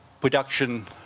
production